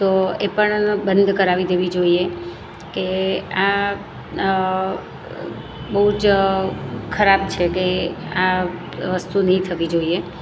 તો એ પણ બંધ કરાવી દેવી જોઈએ કે આ બહુ જ ખરાબ છે કે આ વસ્તુ નહીં થવી જોઈએ